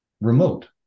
remote